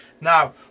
now